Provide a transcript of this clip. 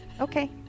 Okay